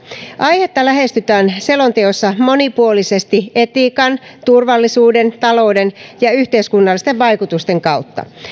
aihetta lähestytään selonteossa monipuolisesti etiikan turvallisuuden talouden ja yhteiskunnallisten vaikutusten kautta